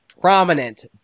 prominent